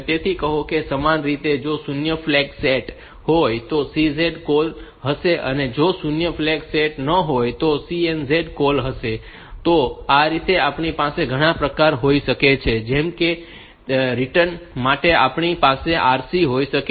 તેથી કહો કે સમાન રીતે જો શૂન્ય ફ્લેગ સેટ હોય તો CZ કૉલ હશે અને જો શૂન્ય ફ્લેગ સેટ ન હોય તો CNZ કૉલ હશે તો આ રીતે આપણી પાસે ઘણા પ્રકારો હોઈ શકે છે જેમ કે તે જ રીતે રિટર્ન માટે આપણી પાસે RC હોઈ શકે છે